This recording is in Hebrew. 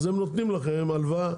אז הם נותנים לכם הלוואה.